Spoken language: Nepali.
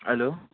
हेलो